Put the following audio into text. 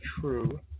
true